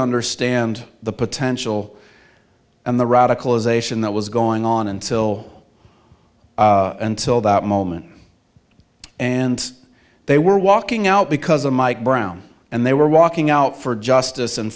understand the potential and the radicalization that was going on until until that moment and they were walking out because of mike brown and they were walking out for justice and